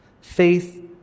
Faith